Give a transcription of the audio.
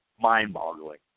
mind-boggling